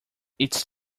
it’s